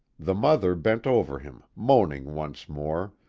the mother bent over him, moaning once more,